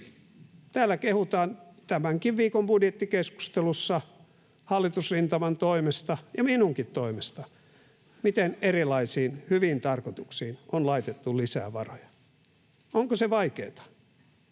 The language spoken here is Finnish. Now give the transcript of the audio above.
Täällä kehutaan tämänkin viikon budjettikeskustelussa hallitusrintaman toimesta ja minunkin toimestani, miten erilaisiin hyviin tarkoituksiin on laitettu lisää varoja. Onko se vaikeata?